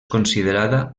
considerada